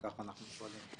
מאשרים איזה פיצול של מפלגה.